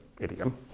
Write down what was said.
idiom